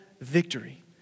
victory